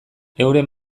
euren